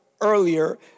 earlier